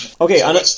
Okay